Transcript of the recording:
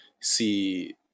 see